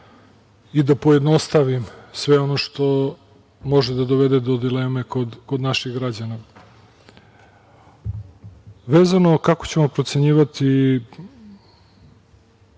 i da pojednostavim sve ono što može da dovede do dileme kod naših građana. Vezano kako ćemo procenjivati